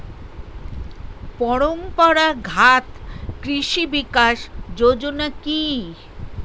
পরম্পরা ঘাত কৃষি বিকাশ যোজনা কি?